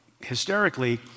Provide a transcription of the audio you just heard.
hysterically